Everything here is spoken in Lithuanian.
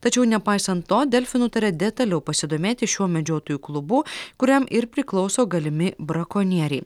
tačiau nepaisant to delfi nutarė detaliau pasidomėti šiuo medžiotojų klubu kuriam ir priklauso galimi brakonieriai